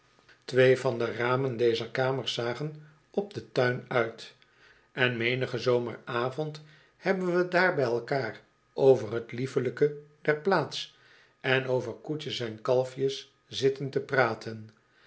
van de ramen dezer kamers zagen op den tuin uit en menigen zomeravond hebben we daar bij elkaar over t liefelijke der plaats en over koetjes en kalfjes zitten te praten